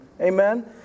Amen